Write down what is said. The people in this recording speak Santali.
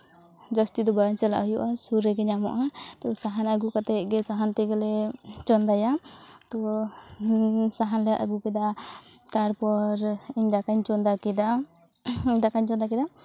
ᱡᱟᱹᱥᱛᱤ ᱫᱚ ᱵᱟᱝ ᱪᱟᱞᱟᱜ ᱦᱩᱭᱩᱜᱼᱟ ᱥᱩᱨ ᱨᱮᱜᱮ ᱧᱟᱢᱚᱜᱼᱟ ᱛᱚ ᱥᱟᱦᱟᱱ ᱟᱹᱜᱩ ᱠᱟᱛᱮᱫ ᱥᱟᱦᱟᱱ ᱛᱮᱜᱮ ᱞᱮ ᱪᱚᱸᱫᱟᱭᱟ ᱛᱚ ᱥᱟᱦᱟᱱ ᱞᱮ ᱟᱹᱜᱩ ᱠᱮᱫᱟ ᱛᱟᱨᱯᱚᱨ ᱤᱧ ᱫᱟᱠᱟᱧ ᱪᱚᱸᱫᱟ ᱠᱮᱫᱟ ᱫᱟᱠᱟᱧ ᱪᱚᱸᱫᱟ ᱠᱮᱫᱟ